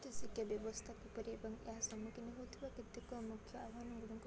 ଶିକ୍ଷା ବ୍ୟବସ୍ଥା କିପରି ଏବଂ ତାହା ସମ୍ମୁଖୀନ ହଉଥିବା କେତକ ମୁଖ୍ୟ ଆହ୍ୱାନ ଗୁଡ଼ିକ